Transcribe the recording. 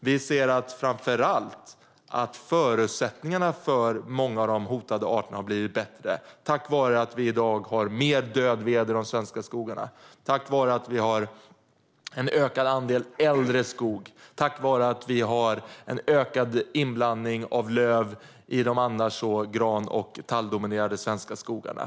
Vi ser framför allt att förutsättningarna för många av de hotade arterna har blivit bättre - tack vare att vi i dag har mer död ved i de svenska skogarna, tack vare att vi har en ökad andel äldre skog och tack vare att vi har en ökad inblandning av löv i de annars så gran och talldominerade svenska skogarna.